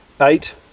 eight